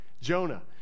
Jonah